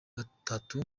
gatatu